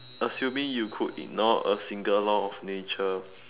assuming you could ignore a single law of nature